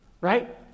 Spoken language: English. right